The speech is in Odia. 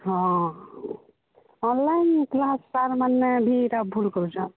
ହଁ ଅନଲାଇନ୍ କ୍ଲାସ୍ ସାର୍ମାନେ ଭି ଏଇଟା ଭୁଲ କରୁଛନ୍